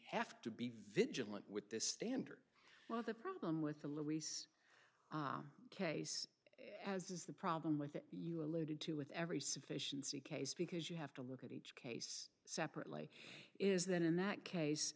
have to be vegetal and with this standard well the problem with the luis case as is the problem with it you alluded to with every sufficiency case because you have to look at each case separately is that in that case